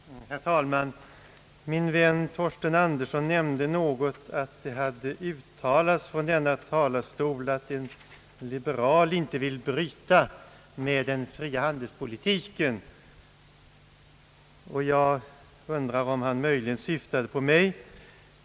Herr talman! Min vän Torsten Andersson berörde ett uttalande från talarstolen av en liberal — som han sade — som inte ville bryta med den fria handelspolitiken. Jag undrar om han möjligen syftade på mig.